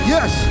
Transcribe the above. Yes